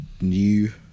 new